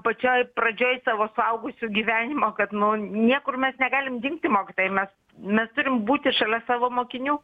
pačioj pradžioj tavo suaugusių gyvenimo kad nu niekur mes negalim dingti mokytojai mes mes turim būti šalia savo mokinių